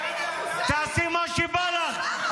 תעשי מה שבא לך,